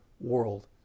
world